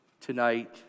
tonight